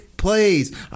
Plays